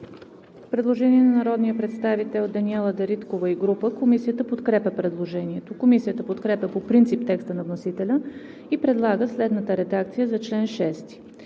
Предложение на народния представител Ирена Димова и група народни представители. Комисията подкрепя предложението. Комисията подкрепя по принцип текста на вносителя и предлага следната редакция на чл.